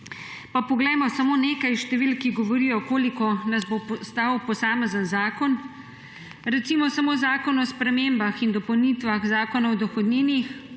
Pa poglejmo samo nekaj številk, ki govorijo, koliko nas bo stal posamezni zakon. Recimo samo zakon o spremembah in dopolnitvah Zakona o dohodnini